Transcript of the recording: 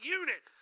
unit